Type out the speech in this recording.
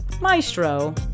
Maestro